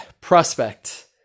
prospect